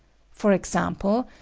for example,